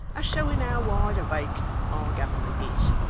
as showing how wide awake our government is